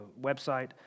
website